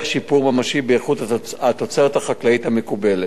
שיפור ממשי באיכות התוצרת החקלאית המקובלת.